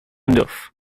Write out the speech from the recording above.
neuf